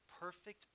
perfect